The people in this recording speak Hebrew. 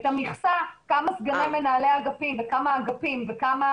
את המכסה כמה סגני מנהלי אגפים וכמה אגפים וכמה